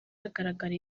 hagaragara